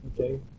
okay